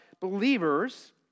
believers